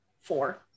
Four